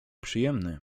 przyjemny